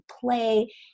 play